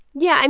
yeah. and